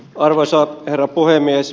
arvoisa herra puhemies